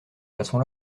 façon